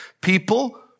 people